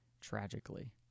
tragically